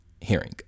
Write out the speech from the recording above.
hearing